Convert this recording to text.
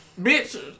Bitch